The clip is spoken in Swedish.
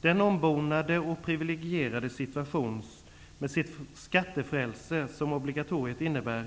Den ombonade och privilegierade situation, med det skattefrälse som obligatoriet innebär,